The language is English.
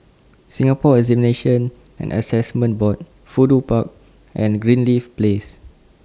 Singapore Examinations and Assessment Board Fudu Park and Greenleaf Place